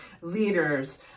leaders